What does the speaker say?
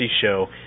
show